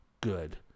good